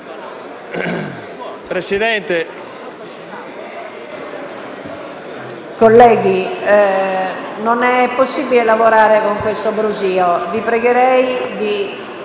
PRESIDENTE. Colleghi, non è possibile lavorare con questo brusio. Vi pregherei di